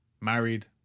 married